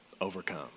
overcome